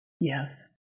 Yes